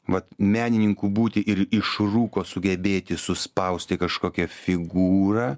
vat menininku būti ir išrūko sugebėti suspausti kažkokia figūra